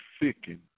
thickened